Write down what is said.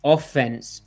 Offense